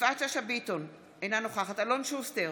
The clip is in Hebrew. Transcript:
יפעת שאשא ביטון, אינה נוכחת אלון שוסטר,